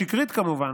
השקרית כמובן,